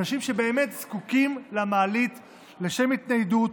אנשים שבאמת זקוקים למעלית לשם התניידות